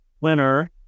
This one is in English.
winner